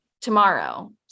tomorrow